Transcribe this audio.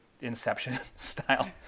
Inception-style